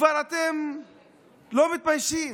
אתם כבר לא מתביישים.